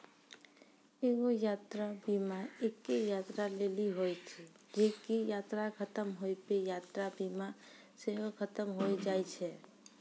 एगो यात्रा बीमा एक्के यात्रा लेली होय छै जे की यात्रा खतम होय पे यात्रा बीमा सेहो खतम होय जाय छै